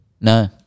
No